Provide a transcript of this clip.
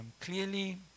clearly